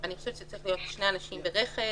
אני חושבת שצריכים להיות שני אנשים ברכב